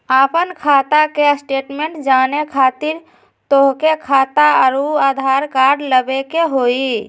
आपन खाता के स्टेटमेंट जाने खातिर तोहके खाता अऊर आधार कार्ड लबे के होइ?